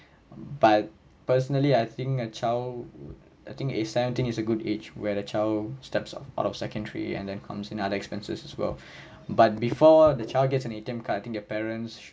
but personally I think a child I think age seventeen is a good age where the child steps out of secondary and then comes in other expenses as well but before the child gets an A_T_M card I think their parents should